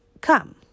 come